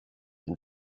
and